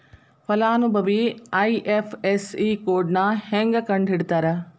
ಫಲಾನುಭವಿ ಐ.ಎಫ್.ಎಸ್.ಸಿ ಕೋಡ್ನಾ ಹೆಂಗ ಕಂಡಹಿಡಿತಾರಾ